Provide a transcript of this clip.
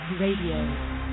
Radio